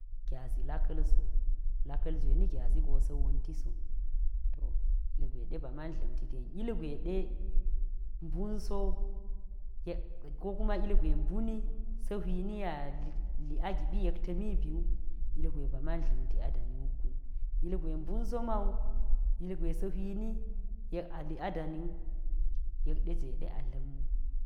Gyazi laka̱l so, laka̱l jwe ni gyazi jo sa̱a̱ wonti so. to ilgwe ba man dla̱mti ten ilgwe ɗe mbun so, ko kuma ilgwe mbuni, sa̱a̱ hwini yek ali a giɓi yek ta̱mi bi wu, ilgwe ba man dl-amti a dani wuk gu. ilgwe mbun so ma wu, ilgwe sa̱ hwini, yek a li a dani wu. yekɗe jee ɗe a dla̱m wu.